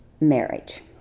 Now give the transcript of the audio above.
Marriage